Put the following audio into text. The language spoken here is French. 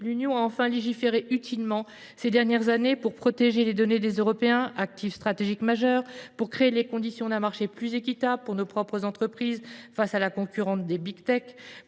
L’Union a enfin légiféré utilement ces dernières années pour protéger les données des Européens, un actif stratégique majeur, pour créer les conditions d’un marché plus équitable pour nos propres entreprises face à la concurrence des,